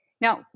Now